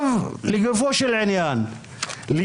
מה